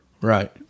Right